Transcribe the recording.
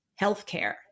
healthcare